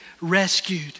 rescued